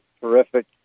terrific